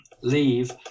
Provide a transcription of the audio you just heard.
leave